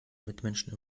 mitmenschen